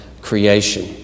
creation